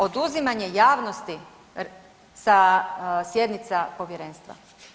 Oduzimanje javnosti sa sjednica povjerenstva.